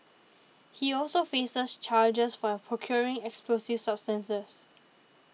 he also faces charges for a procuring explosive substances